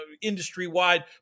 industry-wide